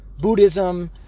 Buddhism